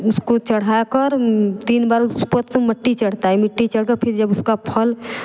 उसको चढ़ा कर तीन बार उस पर मट्टी चढ़ता है मिट्टी चढ़कर फिर जब उसका फल